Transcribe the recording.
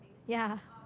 ya